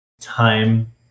time